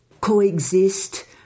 coexist